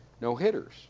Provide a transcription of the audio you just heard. no-hitters